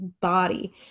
body